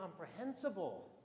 incomprehensible